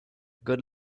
good